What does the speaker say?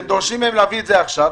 אתם דורשים מהם להביא את זה עכשיו.